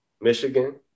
Michigan